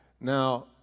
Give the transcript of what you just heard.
Now